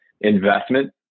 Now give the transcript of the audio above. investment